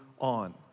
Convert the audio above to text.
on